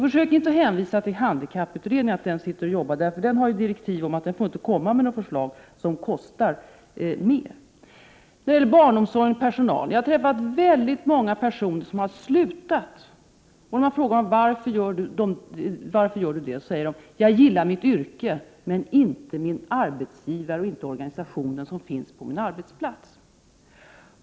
Försök inte att hänvisa till att handikapputredningen arbetar, för den har ju direktiv om att den inte får komma med något förslag som kostar mer än vad som nu är fallet! När det gäller barnomsorg och personal vill jag säga att jag har träffat många personer som har slutat i barnomsorgen. När man frågar dem varför de gör det svarar de: Jag gillar mitt yrke men inte min arbetsgivare och inte den organisation som finns på min arbetsplats.